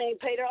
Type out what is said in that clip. Peter